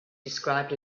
described